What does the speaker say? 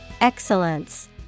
Excellence